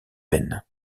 peine